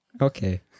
Okay